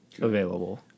available